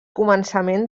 començament